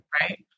right